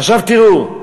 עכשיו תראו,